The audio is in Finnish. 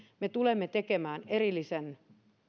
me tulemme tekemään erillisen